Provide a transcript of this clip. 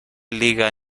liga